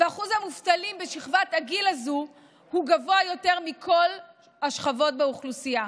ואחוז המובטלים בשכבת הגיל הזאת הוא גבוה יותר מבכל השכבות באוכלוסייה.